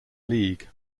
league